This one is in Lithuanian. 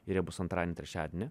ir jie bus antradienį trečiadienį